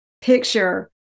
picture